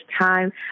time